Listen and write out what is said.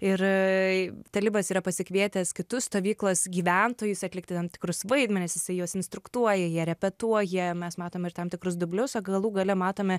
ir talibas yra pasikvietęs kitus stovyklos gyventojus atlikti tam tikrus vaidmenis jisai juos instruktuoja jie repetuoja mes matom ir tam tikrus dublius o galų gale matome